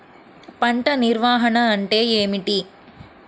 పంట నిర్వాహణ అంటే ఏమిటి?